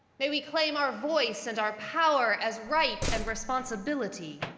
may we claim our voice and our power as right and responsibility.